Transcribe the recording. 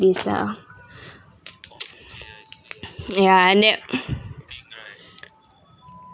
this lah ya I knew